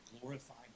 glorified